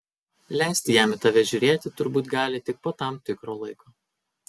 leisti jam į tave žiūrėti turbūt gali tik po tam tikro laiko